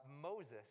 Moses